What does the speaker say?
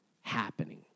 happening